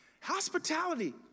Hospitality